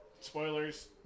spoilers